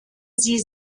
sie